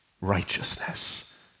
righteousness